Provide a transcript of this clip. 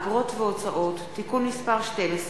אגרות והוצאות (תיקון מס' 12)